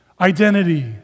identity